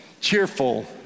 cheerful